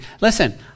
Listen